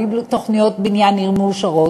בלי תוכניות בניין עיר מאושרות,